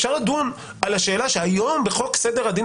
אפשר לדון על השאלה שהיום בחוק סדר הדין